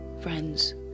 friends